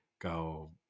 go